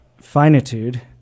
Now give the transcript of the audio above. finitude